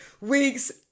week's